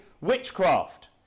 witchcraft